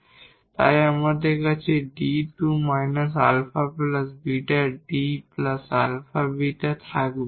এবং তারপর আমাদের কাছে 𝐷 2 𝛼 𝛽 𝐷 𝛼𝛽 থাকবে